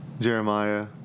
Jeremiah